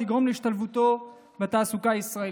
שתגרום להשתלבותו בתעסוקה הישראלית.